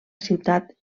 ciutat